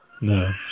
No